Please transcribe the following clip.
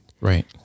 Right